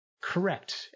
Correct